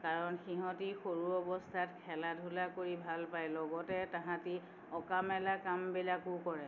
কাৰণ সিহঁতি সৰু অৱস্থাত খেলা ধূলা কৰি ভাল পায় লগতে তাহাঁতি অঁকা মেলা কামবিলাকো কৰে